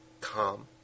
Calm